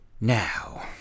Now